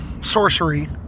Sorcery